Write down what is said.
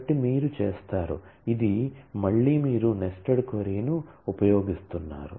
కాబట్టి మీరు చేస్తారు ఇది మళ్ళీ మీరు నెస్టెడ్ క్వరీను ఉపయోగిస్తున్నారు